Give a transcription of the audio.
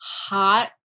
hot